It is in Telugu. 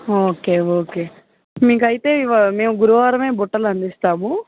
ఓకే ఓకే మీకైతే మేము గురువారమే బుట్టలు అందిస్తాము